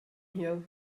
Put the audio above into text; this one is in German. hier